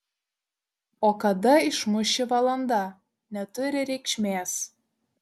o kada išmuš ši valanda neturi reikšmės